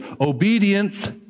Obedience